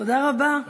תודה רבה.